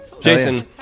jason